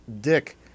dick